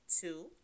two